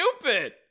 stupid